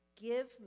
give